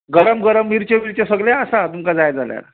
गरम गरम मिरच्यो बिरच्यो सगळें आसा तुमकां जाय जाल्यार